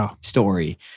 story